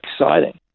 exciting